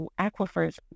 aquifers